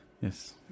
Yes